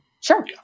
Sure